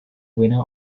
winner